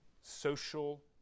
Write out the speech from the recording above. social